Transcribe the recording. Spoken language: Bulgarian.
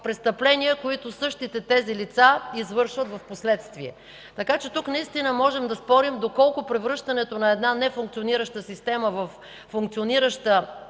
престъпления, които същите тези лица извършват впоследствие. Тук можем да спорим доколко превръщането на една нефункционираща система във функционираща